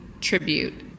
tribute